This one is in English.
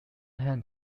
hand